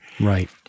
Right